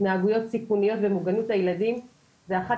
התנהגויות סיכוניות ומוגנות הילדים זו אחת